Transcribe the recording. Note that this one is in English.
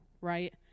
right